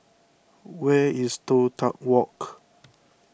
where is Toh Tuck Walk